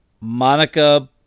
Monica